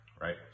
right